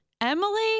emily